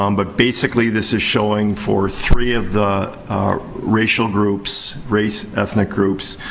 um but, basically, this is showing, for three of the racial groups, race ethnic groups,